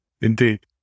Indeed